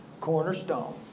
cornerstone